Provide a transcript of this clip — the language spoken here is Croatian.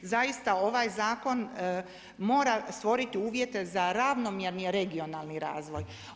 Zaista ovaj zakon mora stvoriti uvjete za ravnomjerni regionalni razvoj.